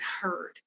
heard